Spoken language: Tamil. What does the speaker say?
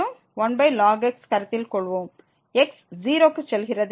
மற்றும் 1ln x ஐ கருத்தில் கொள்வோம் x 0 க்கு செல்கிறது